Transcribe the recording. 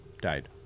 died